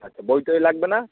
আচ্ছা বই টই লাগবে না